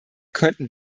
könnten